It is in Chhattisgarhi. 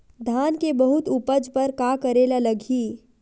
धान के बहुत उपज बर का करेला लगही?